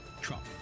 Trump